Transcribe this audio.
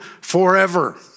forever